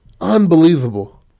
Unbelievable